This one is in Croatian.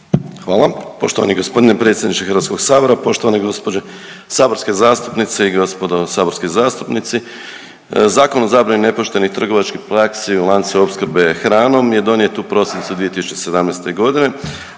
Hvala poštovani g. predsjedniče HS. Poštovane gđe. saborske zastupnice i gospodo saborski zastupnici, Zakon o zabrani nepoštenih trgovačkih praksi u lancu opskrbe hranom je donijet u prosincu 2017.g.,